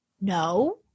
No